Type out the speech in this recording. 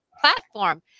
platform